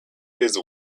his